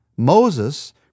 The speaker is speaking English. Moses